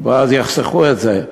ואז יחסכו את זה,